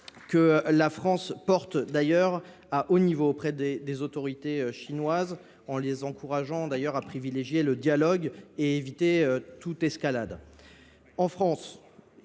que la France porte d’ailleurs à un haut niveau auprès des autorités chinoises, en les encourageant à privilégier le dialogue et à éviter toute escalade.